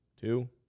Two